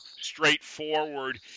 straightforward